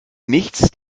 nichts